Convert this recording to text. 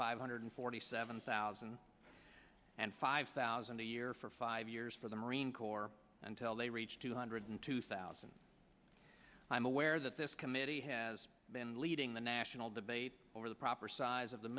five hundred forty seven thousand and five thousand a year for five years for the marine corps until they reach two hundred two thousand i am aware that this committee has been leading the national debate over the proper size of the